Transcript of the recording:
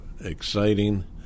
exciting